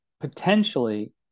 potentially